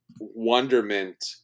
wonderment